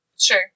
Sure